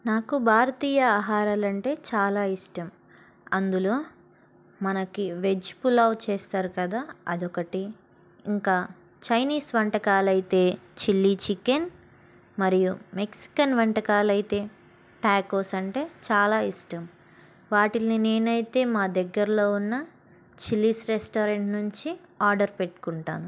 నాకు భారతీయ ఆహారాలంటే చాలా ఇష్టం అందులో మనకి వెజ్ పులావ్ చేస్తారు కదా అదొకటి ఇంకా చైనీస్ వంటకాలైతే చిల్లీ చికెన్ మరియు మెక్సికన్ వంటకాలయితే టాకోస్ అంటే చాలా ఇష్టం వాటిల్ని నేనైతే మా దగ్గరలో ఉన్న చిల్లీస్ రెస్టారెంట్ నుంచి ఆర్డర్ పెట్టుకుంటాను